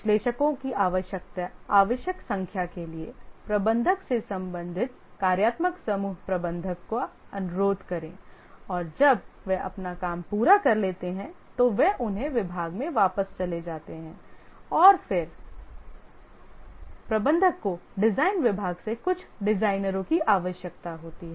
विश्लेषकों की आवश्यक संख्या के लिए प्रबंधक से संबंधित कार्यात्मक समूह प्रबंधक का अनुरोध करें और जब वे अपना काम पूरा कर लेते हैं तो वे अपने विभाग में वापस चले जाते हैं और फिर प्रबंधक को डिजाइन विभाग से कुछ डिजाइनरों की आवश्यकता होती है